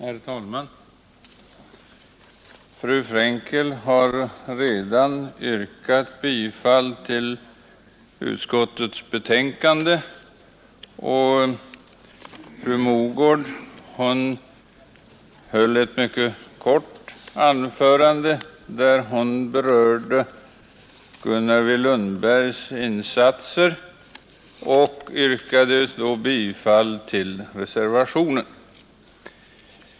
Herr talman! Fru Frenkel har redan yrkat bifall till utskottets hemställan, och fru Mogård höll ett kort anförande där hon berörde Gunnar W. Lundbergs insatser och yrkade bifall till reservationen.